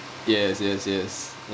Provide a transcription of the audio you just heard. yes yes yes